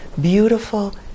beautiful